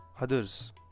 others